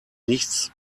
nichts